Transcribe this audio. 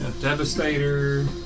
Devastator